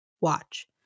watch